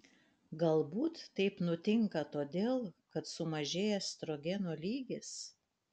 galbūt taip nutinka todėl kad sumažėja estrogeno lygis